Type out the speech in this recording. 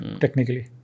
technically